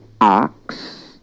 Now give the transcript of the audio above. ox